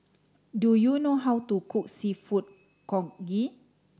do you know how to cook Seafood Congee